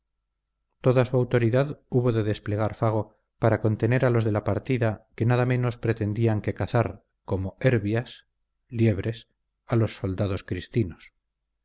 su autoridad hubo de desplegar fago para contener a los de la partida que nada menos pretendían que cazar como erbias liebres a los soldados cristinos